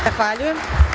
Zahvaljujem.